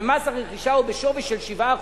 ומס הרכישה הוא בשווי של 7%,